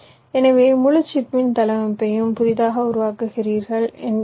எனவே முழு சிப்பின் தளவமைப்பையும் புதிதாக உருவாக்குகிறீர்கள் என்று அல்ல